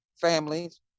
families